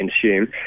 consume